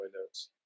notes